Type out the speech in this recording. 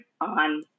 on